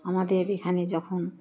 আমাদের এখানে যখন